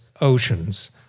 oceans